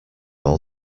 all